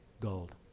Gold